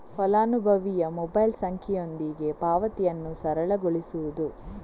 ಫಲಾನುಭವಿಯ ಮೊಬೈಲ್ ಸಂಖ್ಯೆಯೊಂದಿಗೆ ಪಾವತಿಯನ್ನು ಸರಳಗೊಳಿಸುವುದು